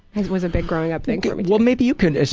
was a big growing up thing. well maybe you can,